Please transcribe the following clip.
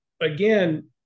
again